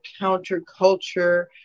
counterculture